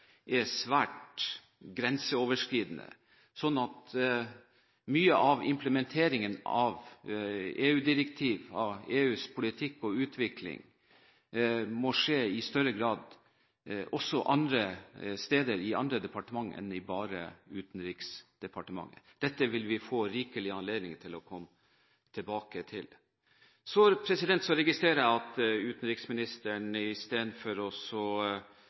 er svært grenseoverskridende. Mye av implementeringen av EU-direktiver, av EUs politikk og utvikling må skje i større grad også andre steder, i andre departementer enn bare i Utenriksdepartementet. Dette vil vi få rikelig anledning til å komme tilbake til. Så registrerer jeg at utenriksministeren istedenfor